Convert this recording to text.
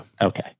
Okay